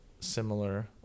similar